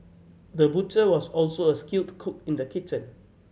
the butcher was also a skilled cook in the kitchen